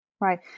Right